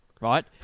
right